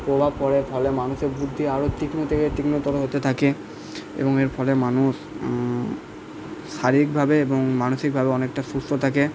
প্রভাব পড়ার ফলে মানুষের বুদ্ধি আরো তীক্ষ্ণ থেকে তীক্ষ্ণতর হতে থাকে এবং এর ফলে মানুষ শারীরিকভাবে এবং মানসিকভাবে অনেকটা সুস্থ থাকে